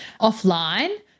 offline